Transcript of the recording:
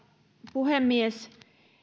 puhemies